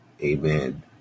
Amen